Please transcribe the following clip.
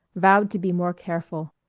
vowed to be more careful.